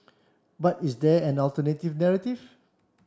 but is there an alternative narrative